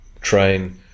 train